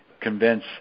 convince